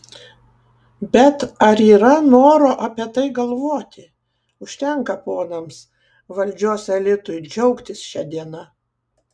bet ar yra noro apie tai galvoti užtenka ponams valdžios elitui džiaugtis šia diena